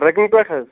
working پٮ۪ٹھ حظ